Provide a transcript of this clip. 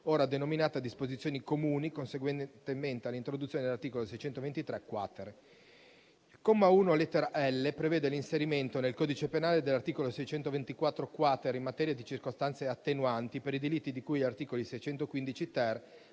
ora denominata «Disposizioni comuni», conseguentemente all'introduzione dell'articolo 623-*quater*. Il comma 1, lettera *l)*, prevede l'inserimento nel codice penale dell'articolo 624-*quater* in materia di circostanze attenuanti per i delitti di cui agli articoli 615-*ter*